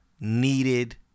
needed